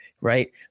right